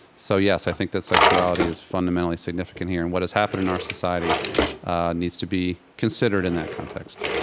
so yes, i think that the sexuality is fundamentally significant here. and what has happened in our society needs to be considered in that context